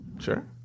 Sure